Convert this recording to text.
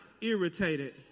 Irritated